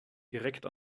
direkt